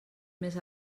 més